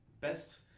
best